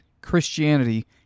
Christianity